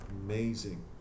amazing